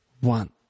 one